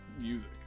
music